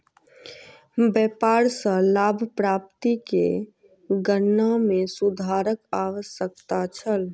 व्यापार सॅ लाभ प्राप्ति के गणना में सुधारक आवश्यकता छल